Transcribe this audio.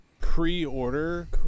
pre-order